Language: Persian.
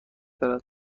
دارد